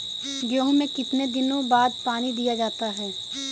गेहूँ में कितने दिनों बाद पानी दिया जाता है?